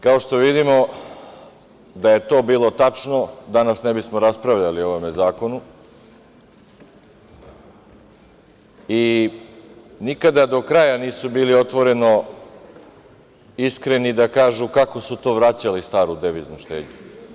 Kao što vidimo, da je to bilo tačno, danas ne bismo raspravljali o ovome zakonu i nikada do kraja nisu bili otvoreno iskreni da kažu kako su to vraćali staru deviznu štednju.